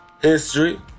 history